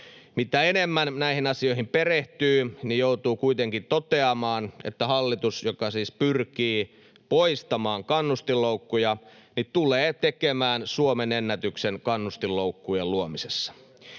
Mitä enemmän näihin asioihin perehtyy, joutuu kuitenkin toteamaan, että hallitus, joka siis pyrkii poistamaan kannustinloukkuja, tulee tekemään Suomen ennätyksen kannustinloukkujen luomisessa.